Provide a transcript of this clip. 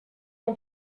ton